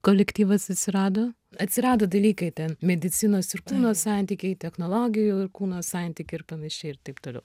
kolektyvas atsirado atsirado dalykai ten medicinos ir kūno santykiai technologijų ir kūno santykį ir panašiai ir taip toliau